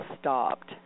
stopped